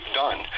done